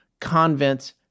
convents